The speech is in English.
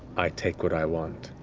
i take what i want.